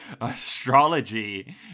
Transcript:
astrology